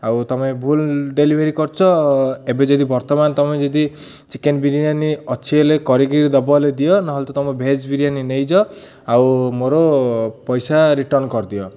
ଆଉ ତମେ ଭୁଲ୍ ଡେଲିଭରି କରିଛ ଏବେ ଯଦି ବର୍ତ୍ତମାନ ତମେ ଯଦି ଚିକେନ୍ ବିରିୟାନି ଅଛି ହେଲେ କରିକିରି ଦବ ହେଲେ ଦିଅ ନହେଲେ ତମ ଭେଜ୍ ବିରିୟାନି ନେଇ ଯାଅ ଆଉ ମୋର ପଇସା ରିଟର୍ଣ୍ଣ କରିଦିଅ